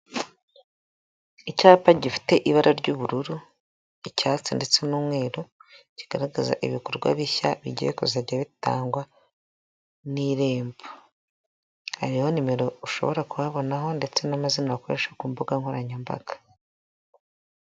Inzu ikodeshwa iri Kicukiro muri Kigali, ifite ibyumba bine n'amadushe atatu na tuwarete ikaba ikodeshwa amafaranga ibihumbi magana atanu ku kwezi.